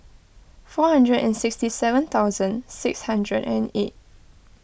four hundred and sixty seven thousand six hundred and eight